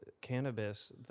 cannabis